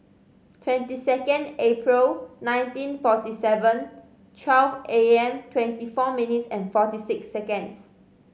twenty second April nineteen forty seven twelve A M twenty four minutes and forty six seconds